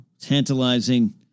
tantalizing